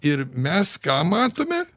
ir mes ką matome